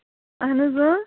اہن حظ اۭں